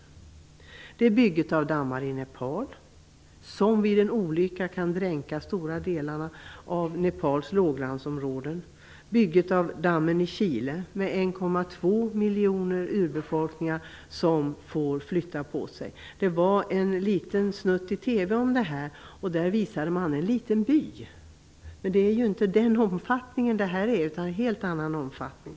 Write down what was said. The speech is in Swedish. Vidare är det bygget av dammar i Nepal som vid en olycka kan dränka stora delar av Nepals låglandsområden, bygget av dammen i Chile där 1,2 miljoner av urbefolkningen får flytta på sig. Det visades en snutt i TV om detta. Man visade en liten by, men detta är ju av en helt annan omfattning.